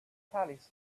palace